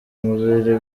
mubiri